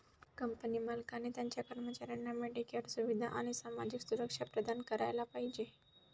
company मालकाने त्याच्या कर्मचाऱ्यांना मेडिकेअर सुविधा आणि सामाजिक सुरक्षा प्रदान करायला पाहिजे